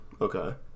okay